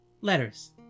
Letters